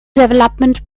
development